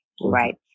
Right